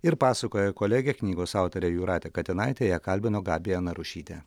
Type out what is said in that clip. ir pasakoja kolegė knygos autorė jūratė katinaitė ją kalbino gabija narušytė